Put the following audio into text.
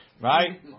right